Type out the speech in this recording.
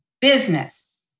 business